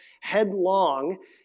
headlong